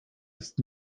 ist